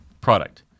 product